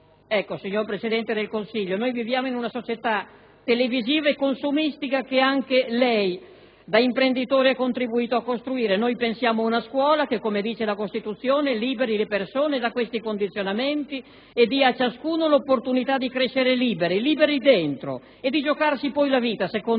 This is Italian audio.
Signor Presidente del Consiglio, viviamo in una società televisiva e consumistica che anche lei da imprenditore ha contribuito a costruire. Pensiamo ad una scuola che - come dice la Costituzione - liberi le persone da questi condizionamenti e dia a ciascuno l'opportunità di crescere liberi dentro e di giocarsi poi la vita secondo il